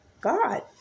God